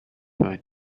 for